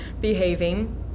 behaving